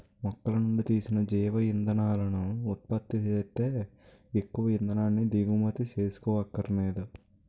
మొక్కలనుండి తీసిన జీవ ఇంధనాలను ఉత్పత్తి సేత్తే ఎక్కువ ఇంధనాన్ని దిగుమతి సేసుకోవక్కరనేదు